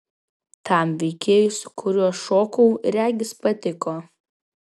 tam veikėjui su kuriuo šokau regis patiko